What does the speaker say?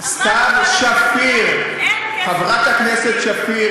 אין כסף,